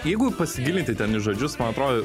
jeigu pasigilinti ten į žodžius man atrodo